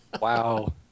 Wow